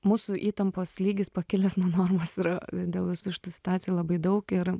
mūsų įtampos lygis pakilęs nuo normos yra dėl visų šitų situacijų labai daug ir